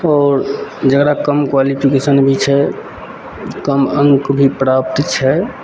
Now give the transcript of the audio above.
तऽ आओर जकरा कम क्वालिफिकेशन भी छै कम अङ्क भी प्राप्त छै